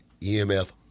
EMF